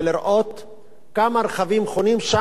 כמה רכבים חונים שם, של משתמשים ברכבת.